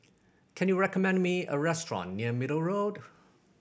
can you recommend me a restaurant near Middle Road